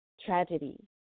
tragedy